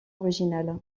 original